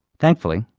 thankfully,